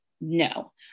no